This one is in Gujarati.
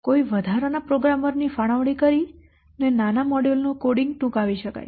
કોઈ વધારાના પ્રોગ્રામર ની ફાળવણી કરીને નાના મોડ્યુલ નું કોડિંગ ટૂંકાવી શકાય